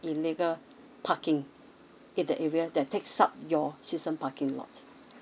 illegal parking at the area that takes up your season parking lot